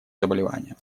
заболеваниям